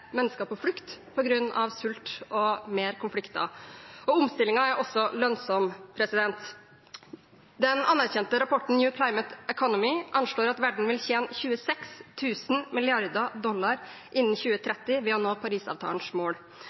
mennesker på flukt på grunn av sult og flere konflikter. Omstillingen er også lønnsom. Den anerkjente rapporten New Climate Economy anslår at verden vil tjene 26 000 mrd. dollar innen 2030 ved å nå Parisavtalens mål.